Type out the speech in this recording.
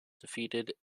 defeated